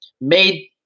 made